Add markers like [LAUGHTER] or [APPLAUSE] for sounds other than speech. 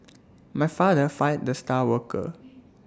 [NOISE] my father fired the star worker